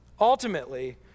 Ultimately